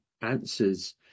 answers